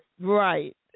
Right